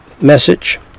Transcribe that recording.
message